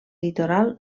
litoral